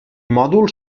mòdul